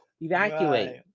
Evacuate